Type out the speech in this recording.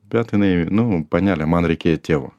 bet jinai nu panelė man reikėjo tėvo